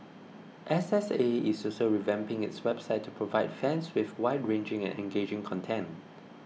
S S A is also revamping its website to provide fans with wide ranging and engaging content